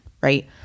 right